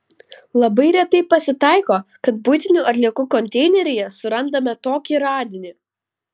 labai retai pasitaiko kad buitinių atliekų konteineryje surandame tokį radinį